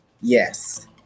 yes